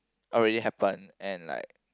already happened and like